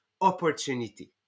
opportunity